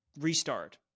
restart